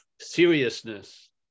seriousness